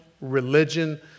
religion